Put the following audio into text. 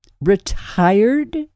Retired